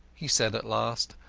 he said at last,